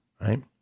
Right